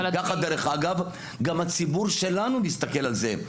ככה דרך אגב גם הציבור שלנו מסתכל על זה,